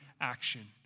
action